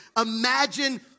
imagine